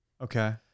Okay